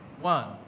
One